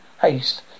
haste